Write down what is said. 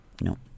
no